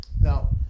now